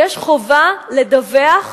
ויש חובה לדווח,